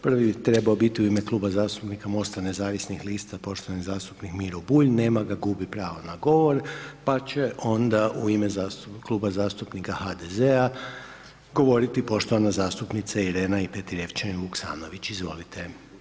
Prvi je trebao biti u ime Kluba zastupnika MOST-a nezavisnih lista poštovani zastupnik Miro Bulj, nema ga, gubi pravo na govor pa će onda u ime Kluba zastupnika HDZ-a govoriti poštovana zastupnica Irena Petrijevčanin Vuksanović, izvolite.